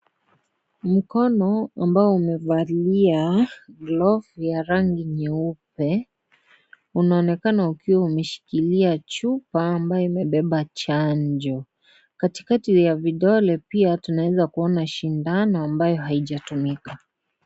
Mkono ambao umevalia glovu ya rangi nyeupe, unaonekana ukiwa umeshikilia chupa ambayo umebeba chanjo,.Katikati ya vidole pia tunaweza kuona sindano ambayo haijatumika.